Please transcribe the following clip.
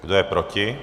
Kdo je proti?